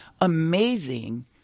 amazing